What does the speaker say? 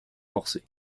forcés